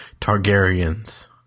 Targaryens